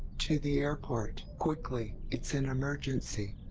to the airport! quickly! it's an emergency!